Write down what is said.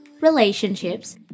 relationships